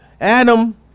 Adam